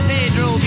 Pedro